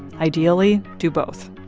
ideally, do both.